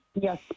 Yes